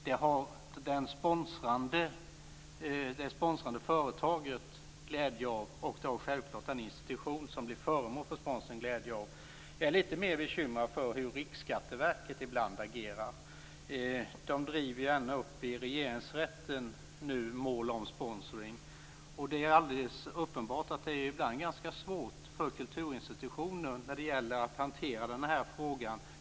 Det har det sponsrande företaget glädje av, och det har självklart den institution som blir föremål för sponsring glädje av. Jag är lite mer bekymrad för hur Riksskatteverket ibland agerar. De driver nu ända upp i Regeringsrätten mål om sponsring. Det är alldeles uppenbart att det ibland är ganska svårt för kulturinstitutioner att hantera den här frågan.